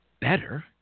better